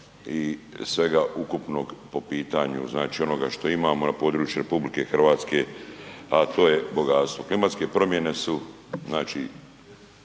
i svega ukupnog po pitanju znači onoga što imamo na području RH, a to je bogatstvo. Klimatske promjene su